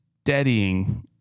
steadying